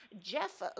Jeff